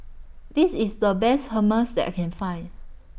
This IS The Best Hummus that I Can Find